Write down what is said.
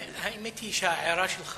האמת היא שההערה שלך